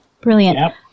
Brilliant